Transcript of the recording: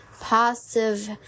positive